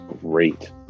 great